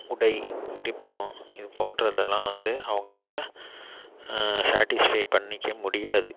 உடை இருப்பிடம் இது போன்றதெல்லாம் வந்து அவர்களால சேட்டிஸ்ஃபை பண்ணிக்க முடியாது